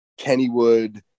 kennywood